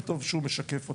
וטוב שהוא משקף אותם.